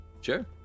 Sure